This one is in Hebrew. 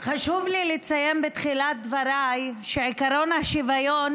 חשוב לי לציין בתחילת דבריי שעקרון השוויון